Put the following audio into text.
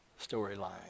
storyline